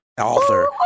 Author